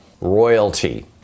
royalty